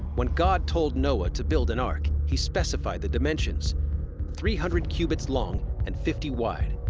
when god told noah to build an ark, he specified the dimensions three hundred cubits long and fifty wide.